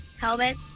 Helmet